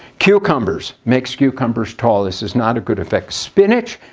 cucumbers. makes cucumbers tall. this is not a good effect. spinach.